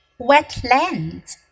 Wetlands